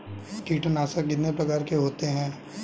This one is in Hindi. कीटनाशक कितने प्रकार के होते हैं?